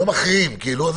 אם